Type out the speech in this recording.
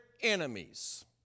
enemies